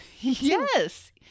Yes